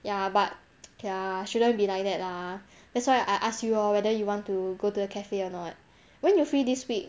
ya but K lah shouldn't be like that lah that's why I ask you orh whether you want to go to the cafe or not when you free this week